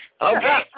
Okay